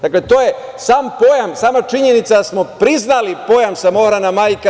Dakle, to je sam pojam, sama činjenica da smo priznali pojam – samohrana majka.